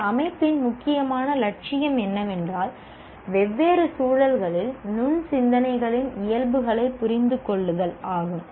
இந்த அமைப்பின் முக்கியமான லட்சியம் என்னவென்றால் வெவ்வேறு சூழல்களில் நுண் சிந்தனைகளின் இயல்புகளைப் புரிந்து கொள்ளுதல் ஆகும்